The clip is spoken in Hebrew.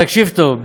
תקשיב טוב.